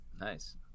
nice